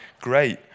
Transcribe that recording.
great